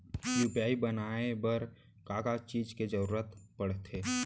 UPI बनाए बर का का चीज के जरवत पड़थे?